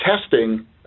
testing